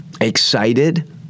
excited